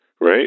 right